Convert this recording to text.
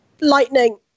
Lightning